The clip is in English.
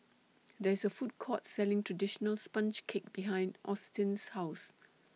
There IS A Food Court Selling Traditional Sponge Cake behind Austyn's House